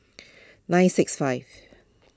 nine six five